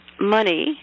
money